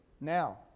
Now